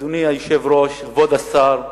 אדוני היושב-ראש, כבוד השר,